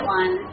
one